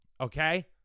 Okay